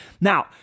Now